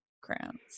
crowns